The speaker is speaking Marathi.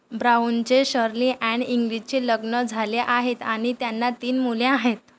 ब्राऊनचे शर्ली अँड इंग्लिचचे लग्न झाले आहेत आणि त्यांना तीन मुले आहेत